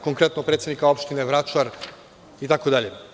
Konkretno, predsednika opštine Vračar itd.